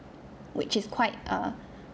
which is quite err